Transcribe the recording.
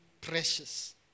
precious